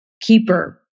keeper